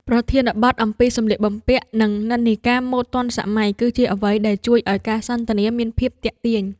ប្រធានបទអំពីសម្លៀកបំពាក់ និងនិន្នាការម៉ូដទាន់សម័យ គឺជាអ្វីដែលជួយឱ្យការសន្ទនាមានភាពទាក់ទាញ។